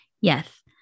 Yes